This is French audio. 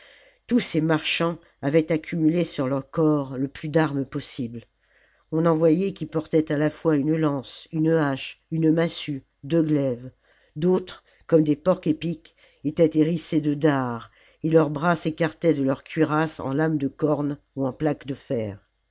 tous ces marchands avaient accumulé sur leurs corps le plus d'armes possible on en voyait qui portaient à la fois une lance une hache une massue deux glaives d'autres comme des porcs épics étaient hérissés de dards et leurs bras s'écartaient de leurs cuirasses en lames de corne ou en plaques de fer